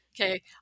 Okay